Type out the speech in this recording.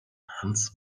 hans